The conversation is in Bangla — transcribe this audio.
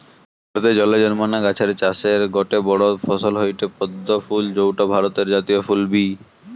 ভারতে জলে জন্মানা গাছের চাষের গটে বড় ফসল হয়ঠে পদ্ম ফুল যৌটা ভারতের জাতীয় ফুল বি